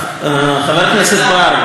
חבר הכנסת בר,